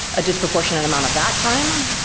a disproportionate amount of that time,